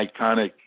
iconic